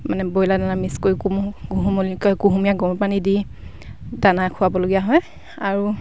মানে ব্ৰইলাৰ দানা মিক্স কৰি কি কয় কুহুমীয়া গৰমপানী দি দানা খোৱাবলগীয়া হয় আৰু